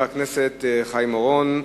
חבר הכנסת חיים אורון,